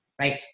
right